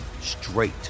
straight